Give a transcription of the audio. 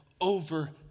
over